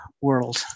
world